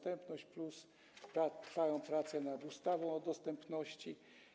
Trwają prace nad ustawą o dostępności.